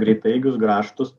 greitaeigius grąžtus